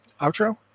outro